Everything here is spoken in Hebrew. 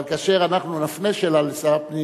אבל כאשר אנחנו נפנה שאלה לשר הפנים,